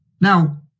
Now